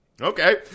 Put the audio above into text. Okay